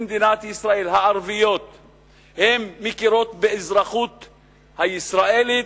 במדינת ישראל מכירות באזרחות הישראלית,